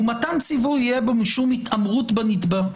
ומתן ציווי יהיה בו משום התעמרות בנתבע.